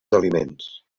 aliments